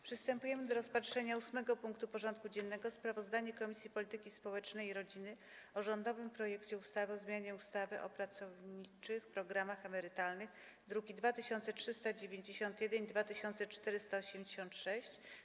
Przystępujemy do rozpatrzenia punktu 8. porządku dziennego: Sprawozdanie Komisji Polityki Społecznej i Rodziny o rządowym projekcie ustawy o zmianie ustawy o pracowniczych programach emerytalnych (druki nr 2391 i 2486)